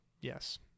Yes